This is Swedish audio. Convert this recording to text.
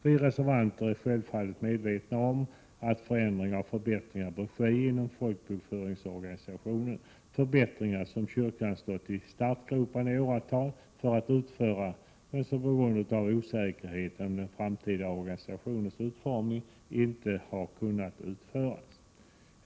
Vi reservanter är självfallet medvetna om att förändringar och förbättringar bör ske inom folkbokföringsorganisationen — förbättringar som kyrkan i åratal har stått i startgroparna för att utföra men som på grund av osäkerheten om den framtida organisationens utformning inte har kunnat utföras.